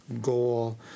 goal